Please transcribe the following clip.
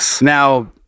Now